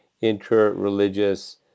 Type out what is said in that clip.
inter-religious